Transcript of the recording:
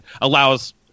allows –